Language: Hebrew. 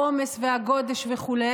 העומס והגודש וכו',